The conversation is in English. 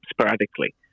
sporadically